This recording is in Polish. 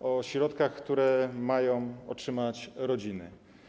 o środkach, które mają otrzymać rodziny.